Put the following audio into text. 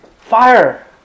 Fire